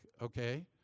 okay